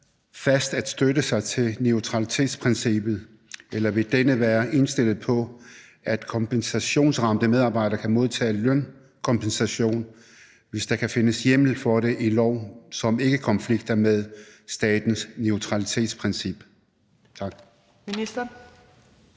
fast at støtte sig til neutralitetsprincippet, eller vil ministeren være indstillet på, at kompensationsramte medarbejdere kan modtage lønkompensation, hvis der kan findes hjemmel for det i lov, som ikke konflikter med statens neutralitetsprincip? Kl.